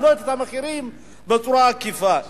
להעלות את המחירים בצורה עקיפה.